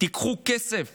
תיקחו כסף